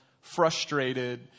frustrated